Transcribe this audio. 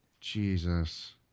Jesus